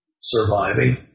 surviving